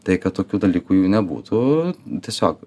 tai kad tokių dalykų jų nebūtų tiesiog